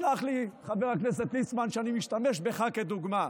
סלח לי, חבר הכנסת ליצמן, שאני משתמש בך כדוגמה.